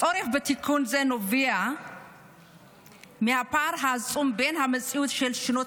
הצורך בתיקון זה נובע מהפער העצום בין המציאות של שנות